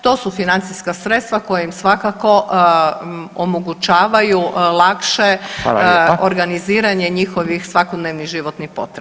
To su financija sredstva koja im svakako omogućavaju lakše organiziranje njihovih svakodnevnih životnih potreba.